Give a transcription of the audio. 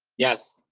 yes.